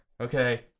Okay